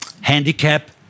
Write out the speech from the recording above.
handicap